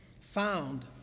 found